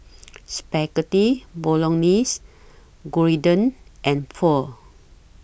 Spaghetti Bolognese Gyudon and Pho